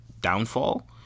downfall